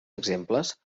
exemples